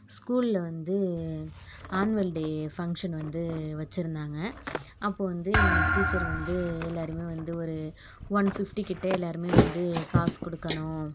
ஸ்கூலில் வந்து annual day function வந்து வச்சுருந்தாங்க அப்போது வந்து எங்க டீச்சர் வந்து எல்லாேருமே வந்து ஒரு ஒன் ஃபிப்டி கிட்டே எல்லாேருமே வந்து காசு கொடுக்கணும்